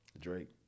Drake